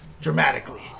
Dramatically